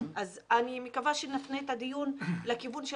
אז אני מקווה שנפנה את הדיון לכיוון של